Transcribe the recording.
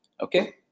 Okay